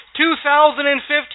2015